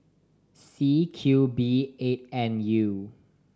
C Q B eight N U